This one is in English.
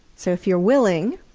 so if you're willing,